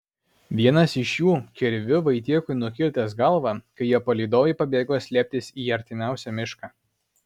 vienas iš jų kirviu vaitiekui nukirtęs galvą kai jo palydovai pabėgo slėptis į artimiausią mišką